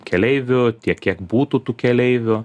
keleivių tiek kiek būtų tų keleivių